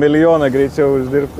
milijoną greičiau uždirbti